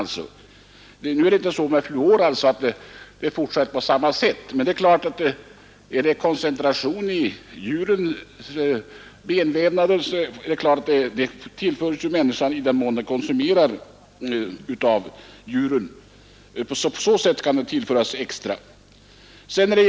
Det är inte så med fluor, men är ämnets koncentration hög i djurs benvävnad tillförs människan det ämnet i den mån vi konsumerar djur. På så sätt kan människan få en extra tillförsel.